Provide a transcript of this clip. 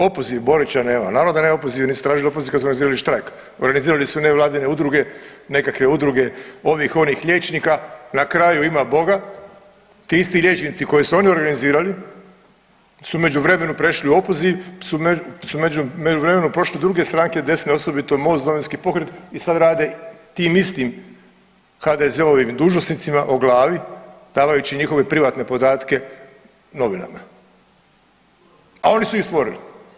Opoziv, Borića nema, naravno da nema opoziv, nisu tražili opoziv kad su organizirali štrajk, organizirali su nevladine udruge, nekakve udruge ovih onih liječnika na kraju ima Boga, ti isti liječnici koje su oni organizirali su u međuvremenu prešli u opoziv, su u međuvremenu prošli druge stranke, desne, osobito MOST, Domovinski pokret i sad rade tim istim HDZ-ovim dužnosnicima o glavi davajući njihove privatne podatke novinama, a oni su ih stvorili.